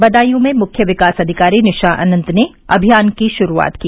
बदायूँ में मुख्य विकास अधिकारी निशा अनंत ने अभियान की शुरूआत की